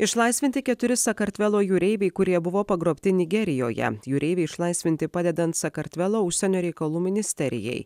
išlaisvinti keturi sakartvelo jūreiviai kurie buvo pagrobti nigerijoje jūreiviai išlaisvinti padedant sakartvelo užsienio reikalų ministerijai